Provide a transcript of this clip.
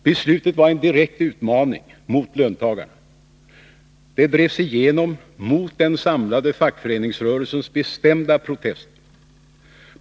Beslutet var en direkt utmaning mot löntagarna. Det drevs igenom mot den samlade fackföreningsrörelsens bestämda protester.